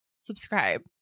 Subscribe